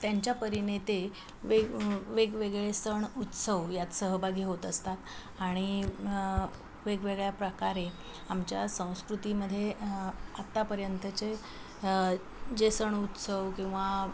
त्यांच्या परीने ते वेग् वेगवेगळे सण उत्सव यात सहभागी होत असतात आणि वेगवेगळ्या प्रकारे आमच्या संस्कृतीमध्ये आत्तापर्यंतचे जे सण उत्सव किंवा